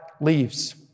leaves